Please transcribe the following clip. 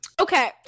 Okay